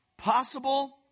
Possible